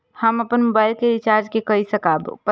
हम अपन मोबाइल के रिचार्ज के कई सकाब?